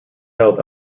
held